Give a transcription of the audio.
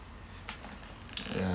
ya